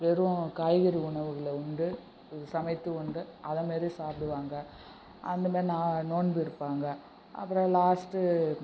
வெறும் காய்கறி உணவுகளை உண்டு சமைத்து உண்டு அதே மாதிரி சாப்பிடுவாங்க அந்த மாதிரி நான் நோன்பு இருப்பாங்க அப்புறம் லாஸ்ட்டு